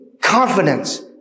confidence